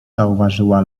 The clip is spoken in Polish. zauważyła